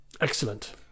Excellent